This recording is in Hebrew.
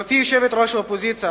גברתי יושבת-ראש האופוזיציה,